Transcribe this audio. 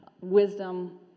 wisdom